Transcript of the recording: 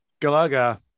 Galaga